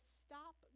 stop